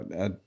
I-